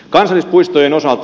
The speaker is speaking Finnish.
kansallispuistojen osalta